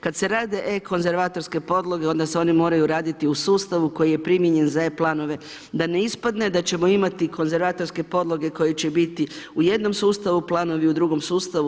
Kad se rade e konzervatorske podloge, onda se one moraju raditi u sustavu koji je primijenjen za e planove, da ne ispadne da ćemo imati konzervatorske podloge koje će biti u jednom sustavu, planovi u drugom sustavu.